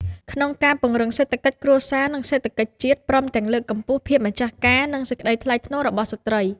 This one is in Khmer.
ក្នុងការ ពង្រឹងសេដ្ឋកិច្ចគ្រួសារ និងសេដ្ឋកិច្ចជាតិ ព្រមទាំងលើកកម្ពស់ ភាពម្ចាស់ការ និងសេចក្តីថ្លៃថ្នូររបស់ស្ត្រី។